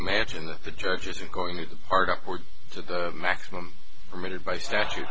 imagine that the judges are going to the part upward to the maximum permitted by statu